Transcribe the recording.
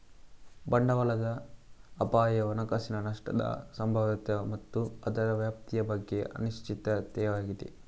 ಬಂಡವಾಳದ ಅಪಾಯವು ಹಣಕಾಸಿನ ನಷ್ಟದ ಸಂಭಾವ್ಯತೆ ಮತ್ತು ಅದರ ವ್ಯಾಪ್ತಿಯ ಬಗ್ಗೆ ಅನಿಶ್ಚಿತತೆಯಾಗಿದೆ